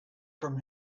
from